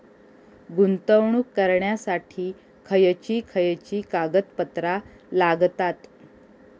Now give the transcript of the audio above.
गुंतवणूक करण्यासाठी खयची खयची कागदपत्रा लागतात?